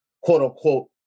quote-unquote